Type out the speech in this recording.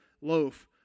loaf